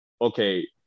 okay